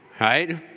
Right